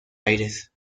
aires